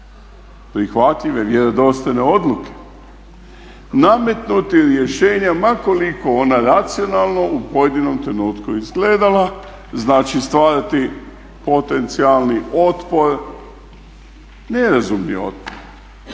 prihvatljive, vjerodostojne odluke. Nametnuti rješenja ma koliko ona racionalno u pojedinom trenutku izgledala znači stvarati potencijalni otpor, nerazumni otpor